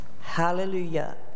Hallelujah